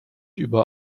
über